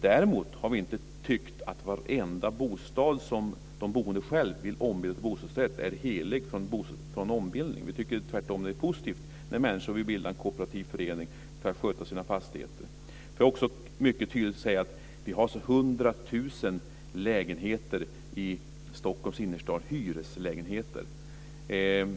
Däremot har vi inte tyckt att varenda bostad som de boende själva vill ombilda till bostadsrätt ska vara helig från ombildning. Vi tycker tvärtom att det är positivt när människor vill bilda en kooperativ förening för att sköta sina fastigheter. Jag vill också säga att det finns 100 000 hyreslägenheter i Stockholms innerstad.